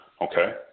Okay